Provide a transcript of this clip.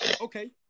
Okay